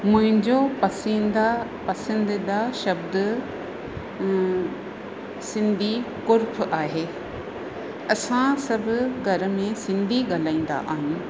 मुंहिंजो पसींदा पसंदीदा शब्द सिंधी कुर्फ़ु आहे असां सभु घर में सिंधी ॻाल्हाईंदा आहियूं